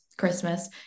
Christmas